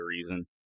reason